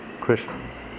Christians